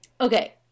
Okay